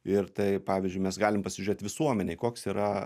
ir tai pavyzdžiui mes galim pasižiūrėt visuomenėj koks yra